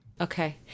Okay